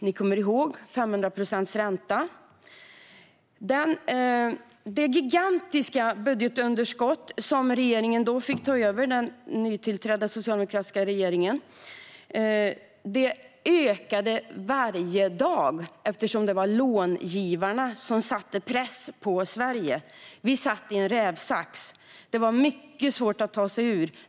Ni kommer ihåg: 500 procents ränta. Det gigantiska budgetunderskott som den nytillträdda socialdemokratiska regeringen då fick ta över ökade varje dag eftersom långivarna satte press på Sverige. Vi satt i en rävsax. Den var mycket svår att ta sig ur.